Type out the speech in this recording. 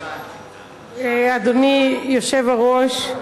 אדוני היושב-ראש,